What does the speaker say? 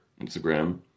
Instagram